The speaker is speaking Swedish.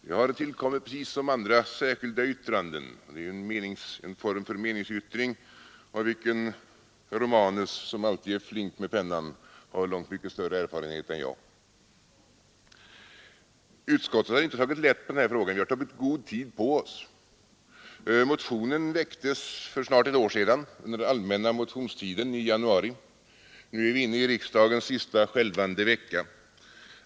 Det har tillkommit precis som andra särskilda yttranden — en form för meningsyttring av vilken herr Romanus, som alltid är flink med pennan, har långt större erfarenhet än jag. Utskottet har inte tagit lätt på den här frågan. Vi har tagit god tid på oss. Motionen väcktes för snart ett år sedan, under den allmänna motionstiden i januari. Nu är vi inne i riksdagens sista, skälvande vecka.